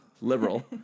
Liberal